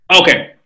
okay